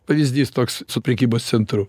pavyzdys toks su prekybos centru